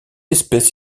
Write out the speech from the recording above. espèce